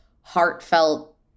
heartfelt